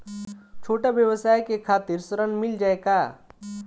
छोट ब्योसाय के खातिर ऋण मिल जाए का?